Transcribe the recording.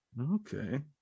Okay